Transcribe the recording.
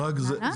וכן הלאה.